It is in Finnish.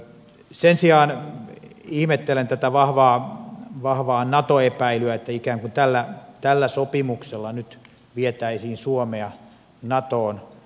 sen sijaan ihmettelen tätä vahvaa nato epäilyä että ikään kuin tällä sopimuksella nyt vietäisiin suomea natoon